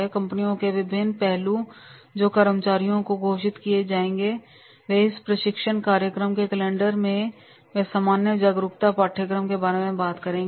कंपनियों के विभिन्न पहलू जो कर्मचारियों को घोषित किए जाएंगे और फिर इस प्रशिक्षण कार्यक्रम के कैलेंडर में वे सामान्य जागरूकता पाठ्यक्रम के बारे में बात करेंगे